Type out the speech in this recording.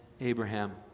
Abraham